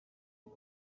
mit